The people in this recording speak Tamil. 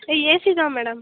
ஆ ஏசி தான் மேடம்